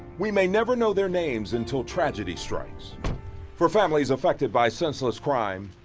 we may never know their names until tragedy strikes for families affected by senseless crime.